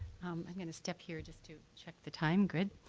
i'm gonna step here just to check the time good.